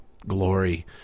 glory